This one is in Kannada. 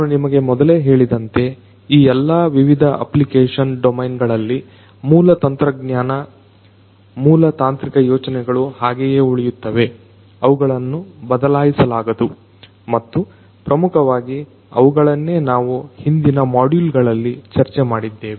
ನಾನು ನಿಮಗೆ ಮೊದಲೇ ಹೇಳಿದಂತೆ ಈ ಎಲ್ಲಾ ವಿವಿಧ ಅಪ್ಲಿಕೇಷನ್ ಡೊಮೇನ್ಗಳಲ್ಲಿ ಮೂಲ ತಂತ್ರಜ್ಞಾನ ಮೂಲ ತಾಂತ್ರಿಕ ಯೋಚನೆಗಳು ಹಾಗೆಯೇ ಉಳಿಯುತ್ತವೆ ಅವುಗಳನ್ನ ಬದಲಾಯಿಸಲಾಗದು ಮತ್ತು ಪ್ರಮುಖವಾಗಿ ಅವುಗಳನ್ನೆ ನಾವು ಹಿಂದಿನ ಮಾಡ್ಯುಲ್ಗಳಲ್ಲಿ ಚರ್ಚೆ ಮಾಡಿದ್ದೇವೆ